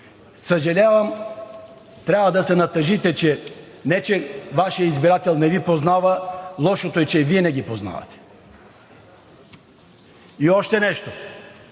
Съжалявам, трябва да се натъжите – не, че Вашият избирател не Ви познава, лошото е, че Вие не го познавате. И още нещо.